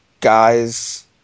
guys